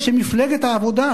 ושמפלגת העבודה,